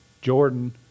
Jordan